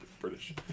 British